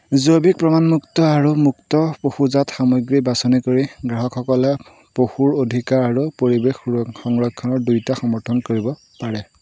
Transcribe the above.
জৈৱিক প্ৰমাণমুক্ত আৰু মুক্ত পশুজাত সামগ্ৰী বাচনি কৰি গ্ৰাহকসকলে পশুৰ অধিকাৰ আৰু পৰিবেশ সংৰক্ষণৰ দুইটা সমৰ্থন কৰিব পাৰে